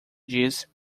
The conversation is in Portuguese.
disse